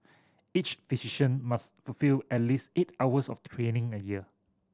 each physician must fulfil at least eight hours of training a year